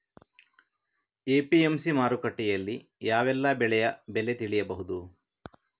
APMC ಮಾರುಕಟ್ಟೆಯಲ್ಲಿ ಯಾವೆಲ್ಲಾ ಬೆಳೆಯ ಬೆಲೆ ತಿಳಿಬಹುದು?